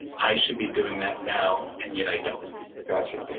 i should be doing that now. and yet, i don't got you.